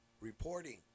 Reporting